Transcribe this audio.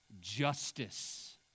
justice